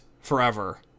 forever